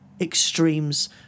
extremes